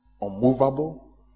unmovable